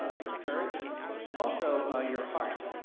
ah your courage and also your heart,